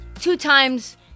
two-times